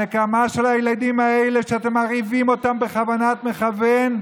הנקמה של הילדים האלה שאתם מרעיבים אותם בכוונת מכוון,